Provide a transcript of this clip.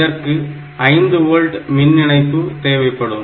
இதற்கு 5 volt மின் இணைப்பு தேவைப்படும்